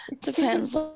depends